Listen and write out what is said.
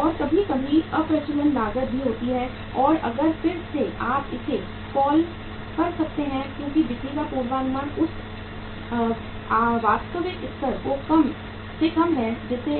और कभी कभी अप्रचलन लागत भी होती है और अगर फिर से आप इसे कॉल कर सकते हैं क्योंकि बिक्री का पूर्वानुमान उस वास्तविक स्तर से कम है जिसे